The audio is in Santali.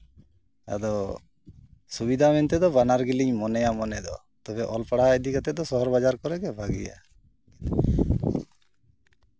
ᱟᱫᱚ ᱥᱩᱵᱤᱫᱟ ᱢᱮᱱᱛᱮᱫᱚ ᱵᱟᱱᱟᱨ ᱜᱮᱞᱤᱧ ᱢᱚᱱᱮᱭᱟ ᱢᱚᱱᱮ ᱫᱚ ᱛᱚᱵᱮ ᱚᱞ ᱯᱟᱲᱦᱟᱣ ᱤᱫᱤ ᱠᱟᱛᱮᱫ ᱫᱚ ᱥᱚᱦᱚᱨ ᱵᱟᱡᱟᱨ ᱠᱚᱨᱮ ᱜᱮ ᱵᱷᱟᱜᱤᱭᱟ